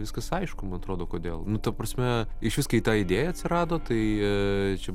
viskas aišku man atrodo kodėl nu ta prasme išvis kai ta idėja atsirado tai čia